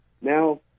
now